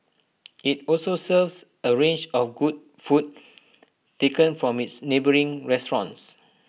IT also serves A range of good food taken from its neighbouring restaurants